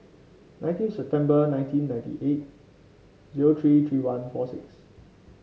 nineteen September nineteen ninety eight zero three three one forty six